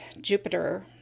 Jupiter